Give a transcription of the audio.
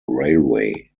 railway